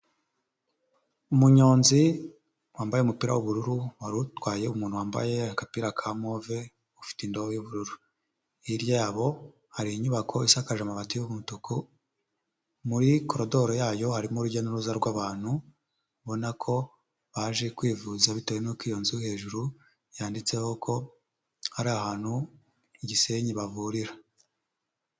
Umunyonzi wambayepi w'ubururu wari utwaye umuntu wambaye agapira ka move ufite indobo y'ubururu, hiryabo hari inyubako isakaje amabati y'umutuku, muri koridori yayo harimo urujya n'uruza rw'abantubona ko baje kwivuza bitewe n'uko iyo nzu hejuru yanditseho ko ari ahantuh gisenyi bavurira.